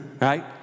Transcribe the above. right